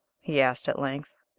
he asked, at length.